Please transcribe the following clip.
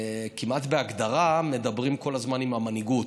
כמעט בהגדרה, מדברים כל הזמן עם המנהיגות,